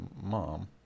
mom